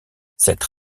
cette